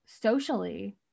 socially